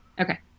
Okay